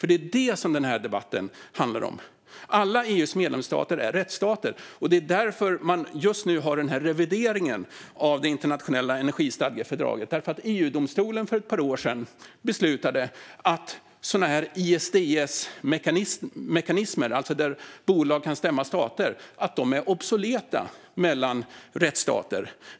Det är det som den här debatten handlar om. Alla EU:s medlemsstater är rättsstater. Man gör just nu den här revideringen av det internationella energistadgefördraget för att EU-domstolen för ett par år sedan beslutade att sådana här ISDS-mekanismer, alltså där bolag kan stämma stater, är obsoleta i en rättsstat.